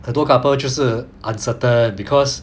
很多 couple 就是 uncertain because